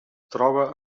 troba